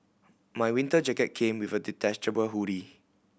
my winter jacket came with a detachable hoodie